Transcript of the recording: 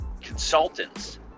consultants